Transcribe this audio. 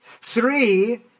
Three